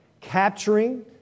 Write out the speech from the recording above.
Capturing